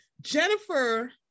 Jennifer